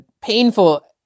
painful